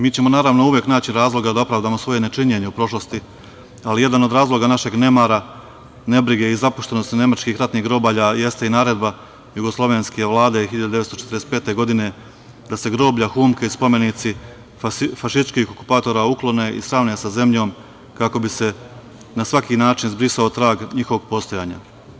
Mi ćemo uvek naći razloga da opravdamo svoje nečinjenje u prošlosti, ali jedan od razloga našeg nemara, nebrige i zapuštenosti nemačkih ratnih grobalja jeste i naredba jugoslovenske Vlade iz 1945. godine, da se groblja, humke i spomenici fašističkih okupatora uklone i sravne sa zemljom, kako bi se na svaki način zbrisao trag njihovog postojanja.